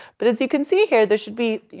but as you can see here, there should be,